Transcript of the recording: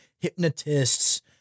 hypnotists